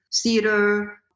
theater